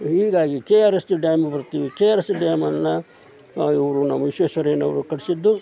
ಹೀಗಾಗಿ K R S dam ಬರ್ತೀವಿ K R S ಡ್ಯಾಮನ್ನು ಇವರು ನಮ್ಮ ವಿಶ್ವೇಶ್ವರಯ್ಯನವರು ಕಟ್ಟಿಸಿದ್ದು